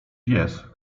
pies